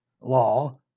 law